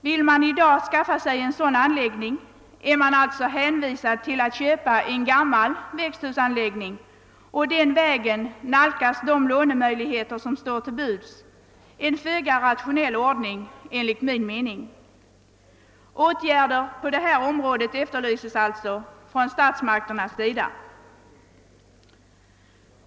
Vill man i dag skaffa sig en sådan anläggning är man alltså hänvisad till att köpa en gammal växthusanläggning och den vägen utnyttja de lånemöjligheter som står till buds, en föga rationell ordning enligt min mening. Jag efterlyser alltså åtgärder från statsmakternas sida på detta område.